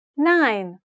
Nine